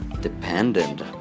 dependent